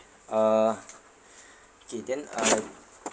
uh K then uh